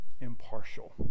impartial